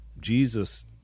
Jesus